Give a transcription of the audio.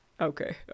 Okay